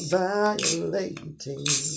violating